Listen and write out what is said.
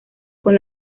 con